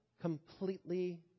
Completely